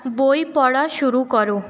বই পড়া শুরু করো